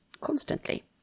constantly